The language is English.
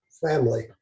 family